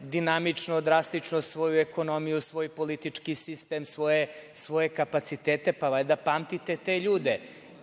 dinamično, drastično svoju ekonomiju, svoj politički sistem, svoje kapacitete, pa valjda pamtite te ljude.